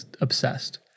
obsessed